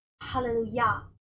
hallelujah